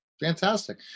Fantastic